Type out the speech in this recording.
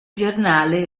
giornale